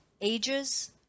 ages